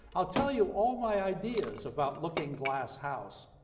i'll tell you all my ideas about looking-glass house,